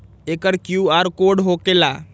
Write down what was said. एकर QR code का होकेला?